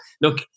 look